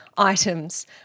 items